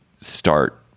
start